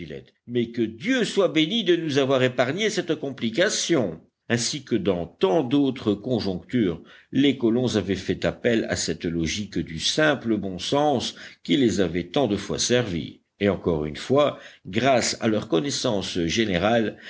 mais que dieu soit béni de nous avoir épargné cette complication ainsi que dans tant d'autres conjonctures les colons avaient fait appel à cette logique du simple bon sens qui les avait tant de fois servis et encore une fois grâce à leurs connaissances générales